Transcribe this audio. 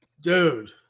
dude